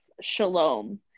Shalom